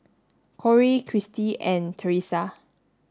Corey Kristie and Teresa